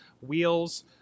wheels